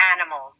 animals